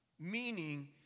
meaning